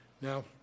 Now